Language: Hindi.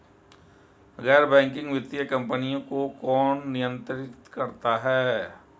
गैर बैंकिंग वित्तीय कंपनियों को कौन नियंत्रित करता है?